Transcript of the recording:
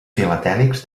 filatèlics